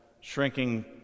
shrinking